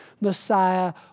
Messiah